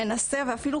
מנסה ואפילו,